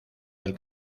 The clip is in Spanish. del